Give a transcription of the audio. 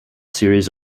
series